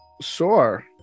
sure